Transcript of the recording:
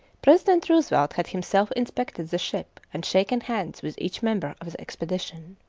president roosevelt had himself inspected the ship and shaken hands with each member of the expedition.